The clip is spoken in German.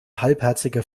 halbherziger